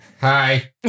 Hi